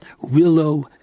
willow